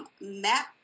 map